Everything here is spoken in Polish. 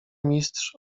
mistrz